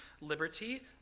liberty